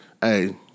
Hey